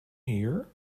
hear